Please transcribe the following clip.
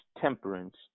temperance